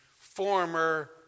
former